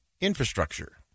infrastructure